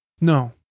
No